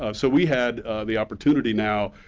ah so we had the opportunity now,